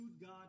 God